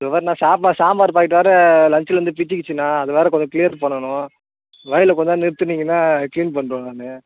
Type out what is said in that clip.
இதோ பாருண்ணா சாம்பார் சாம்பார் பாக்கெட்டு வேறே லன்ஞ்சுலேருந்து பிச்சிக்கிச்சின்னால் அதை வேறே கொஞ்சம் கிளியர் பண்ணணும் வழில கொஞ்சம் நேரம் நிறுத்துனிங்கன்னால் க்ளீன் பண்ணிடுவேன் நான்